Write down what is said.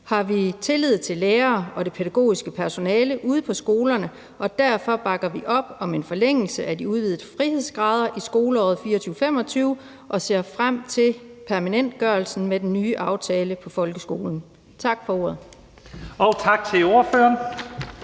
har vi tillid til lærerne og det pædagogiske personale ude på skolerne, og derfor bakker vi op om en forlængelse af de udvidede frihedsgrader i skoleåret 2024/25 og ser frem til permanentgørelsen med den nye aftale for folkeskolen. Tak for ordet. Kl. 13:32 Første